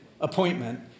appointment